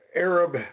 Arab